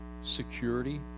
security